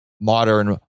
modern